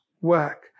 work